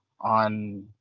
on